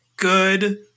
Good